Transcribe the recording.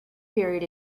period